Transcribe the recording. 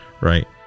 right